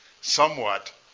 somewhat